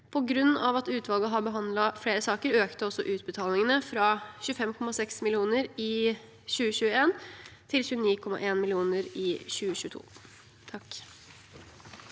På grunn av at utvalget har behandlet flere saker, økte også utbetalingene fra 25,6 mill. kr i 2021 til 29,1 mill. kr i 2022.